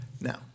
now